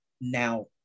now